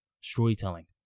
storytelling